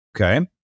okay